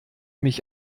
mich